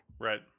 Right